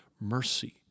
mercy